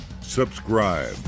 subscribe